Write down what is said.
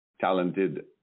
talented